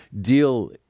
deal